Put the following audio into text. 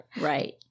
Right